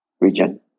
region